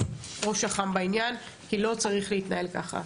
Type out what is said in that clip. לראש אח"מ בעניין, כי לא צריך להתנהל ככה.